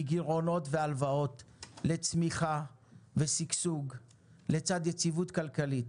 מגירעונות והלוואות לצמיחה ושגשוג לצד יציבות כלכלית.